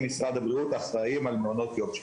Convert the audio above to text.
משרד החינוך אחראים על מעונות יום שיקומיים.